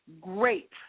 great